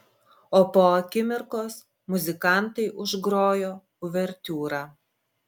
o po akimirkos muzikantai užgrojo uvertiūrą